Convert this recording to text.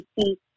see